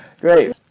Great